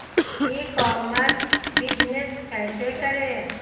ई commerce business कैसे करें?